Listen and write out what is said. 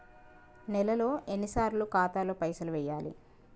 నెలలో ఎన్నిసార్లు ఖాతాల పైసలు వెయ్యాలి?